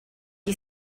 you